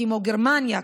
כמו גרמניה,